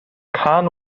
cân